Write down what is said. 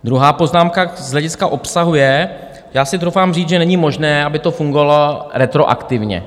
Druhá poznámka z hlediska obsahu je: já si troufám říct, že není možné, aby to fungovalo retroaktivně.